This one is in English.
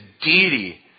deity